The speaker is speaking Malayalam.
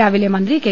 രാവിലെ മന്ത്രി കെ